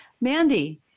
Mandy